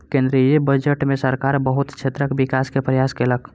केंद्रीय बजट में सरकार बहुत क्षेत्रक विकास के प्रयास केलक